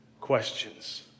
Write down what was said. questions